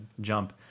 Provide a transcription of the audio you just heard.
jump